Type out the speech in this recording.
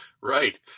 Right